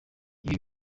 ibi